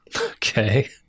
Okay